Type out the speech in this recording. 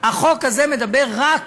החוק הזה הוא רק